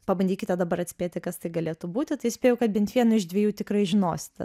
pabandykite dabar atspėti kas tai galėtų būti tai spėju kad bent vieną iš dviejų tikrai žinosite